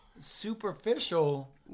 superficial